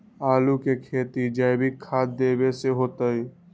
आलु के खेती जैविक खाध देवे से होतई?